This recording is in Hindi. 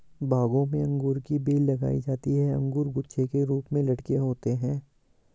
बागों में अंगूर की बेल लगाई जाती है अंगूर गुच्छे के रूप में लटके होते हैं